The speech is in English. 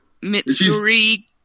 Mitsuri